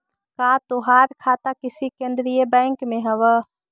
का तोहार खाता किसी केन्द्रीय बैंक में हव